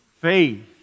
faith